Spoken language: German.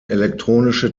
elektronische